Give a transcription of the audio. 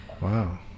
wow